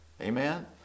Amen